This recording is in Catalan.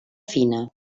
fina